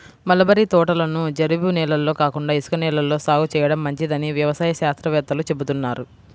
mulberry తోటలను జరీబు నేలల్లో కాకుండా ఇసుక నేలల్లో సాగు చేయడం మంచిదని వ్యవసాయ శాస్త్రవేత్తలు చెబుతున్నారు